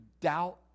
doubt